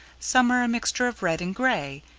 some are a mixture of red and gray,